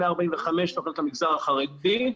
145 תוכניות למגזר החרדי,